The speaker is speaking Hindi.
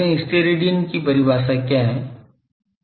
स्टेरेडियन की परिभाषा क्या है